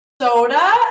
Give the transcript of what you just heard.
soda